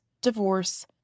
divorce